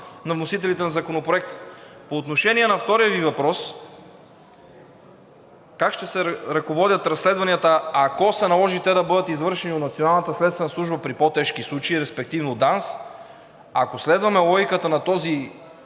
на вносителите на Законопроекта. По отношение на втория Ви въпрос: как ще се ръководят разследвания, ако се наложи те да бъдат извършени от Националната следствена служба, при по-тежки случаи, респективно ДАНС? Ако следваме логиката на този